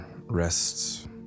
rests